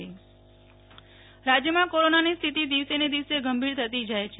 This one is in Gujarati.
નેહ્લ ઠક્કર રાજય કોરોના રાજ્યમાં કોરોનાની સ્થિતી દિવસેને દિવસે ગંભીર થતી જાય છે